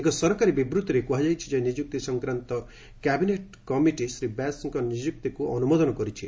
ଏକ ସରକାରୀ ବିବୂତ୍ତିରେ କୁହାଯାଇଛି ଯେ ନିଯୁକ୍ତି ସଂକ୍ରାନ୍ତ କ୍ୟାବିନେଟ୍ କମିଟି ଶ୍ରୀ ବ୍ୟାସଙ୍କ ନିଯୁକ୍ତିକୁ ଅନୁମୋଦନ କରିଛି